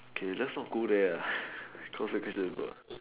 K let's not go there uh cause in case there got